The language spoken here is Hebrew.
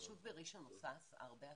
הרשות בראשון עושה הרבה הסעות.